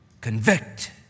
Convict